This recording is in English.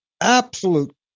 absolute